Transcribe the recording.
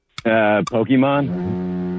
Pokemon